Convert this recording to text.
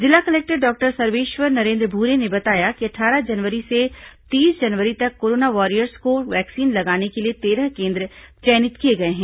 जिला collector doctor Sarveshwar Narendra Bhure ने बताया कि अट्ठारह जनवरी से तीस जनवरी तक कोरोना वॉरियर्स को वैक्सीन लगाने के लिए तेरह केन्द्र चयनति किए गए हैं